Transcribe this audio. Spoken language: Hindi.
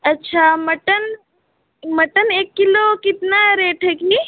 अच्छा मटन मटन एक किलो कितना रेट है कि